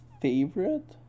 Favorite